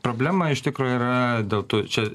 problema iš tikrųjų yra dėl to ir čia